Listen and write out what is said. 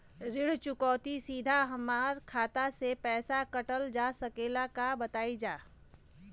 ऋण चुकौती सीधा हमार खाता से पैसा कटल जा सकेला का बताई जा?